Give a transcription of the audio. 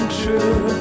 true